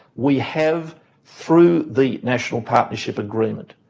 we have through the national partnership agreement